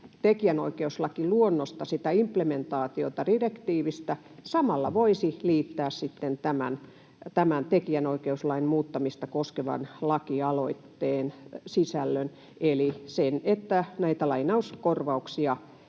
tekijänoikeuslakiluonnosta, sitä implementaatiota direktiivistä, samalla voisi liittää siihen tämän tekijänoikeuslain muuttamista koskevan lakialoitteen sisällön eli sen, että näitä lainauskorvauksia